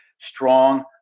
strong